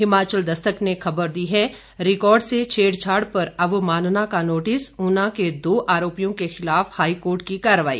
हिमाचल दस्तक ने खबर दी है रिकॉर्ड से छेड़छाड़ पर अवमानना का नोटिस ऊना के दो आरोपियों के खिलाफ हाईकोर्ट की कार्रवाई